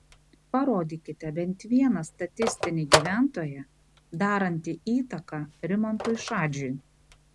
parodykite bent vieną statistinį gyventoją darantį įtaką rimantui šadžiui